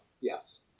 Yes